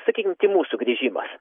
sakykim tymų sugrįžimas